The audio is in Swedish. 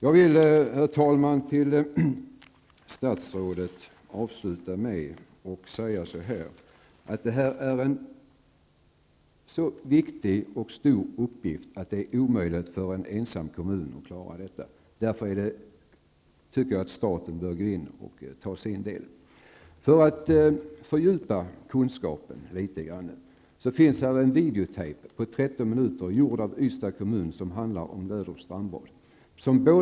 Jag vill, herr talman, avslutningsvis säga till statsrådet att det här är en så viktig och stor uppgift att det är omöjligt för en ensam kommun att klara den. Därför tycker jag att staten bör gå in och ta sin del av ansvaret. För att statsrådet skall kunna fördjupa sina kunskaper vill jag överlämna ett videoband på 13 minuter till henne. Den är gjord av Ystads kommun och handlar om Löderups strandbad.